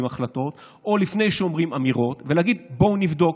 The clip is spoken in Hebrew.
החלטות או לפני שאומרים אמירות ולהגיד: בואו נבדוק.